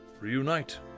Reunite